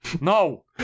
No